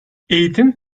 eğitim